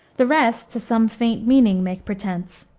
the rest to some faint meaning make pretense,